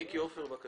מיקי עופר, בבקשה.